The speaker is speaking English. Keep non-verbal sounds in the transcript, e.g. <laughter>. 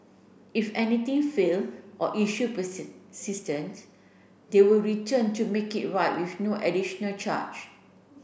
if anything fail or issue <unintelligible> they will return to make it right with no additional charge